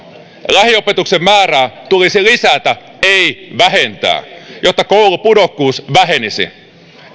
lähiopetuksen määrää tulisi lisätä ei vähentää jotta koulupudokkuus vähenisi